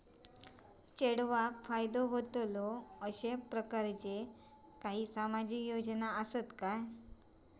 चेडवाक फायदो होतलो असो प्रकारचा काही सामाजिक योजना असात काय?